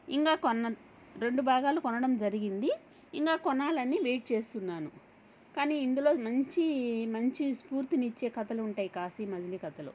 ఇంకా కొన రెండు భాగాలు కొనడం జరిగింది ఇంకా కొనాలన్న వెయిట్ చేస్తున్నాను కానీ ఇందులో మంచి మంచి స్ఫూర్తిని ఇచ్చే కథలు ఉంటాయి కాశీ మజిలీ కథలు